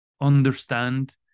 understand